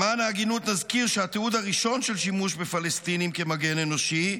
למען ההגינות אזכיר שהתיעוד הראשון של שימוש בפלסטינים כמגן אנושי,